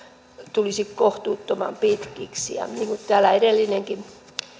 tulisi kohtuuttoman pitkiksi ja niin kuin täällä edellinenkin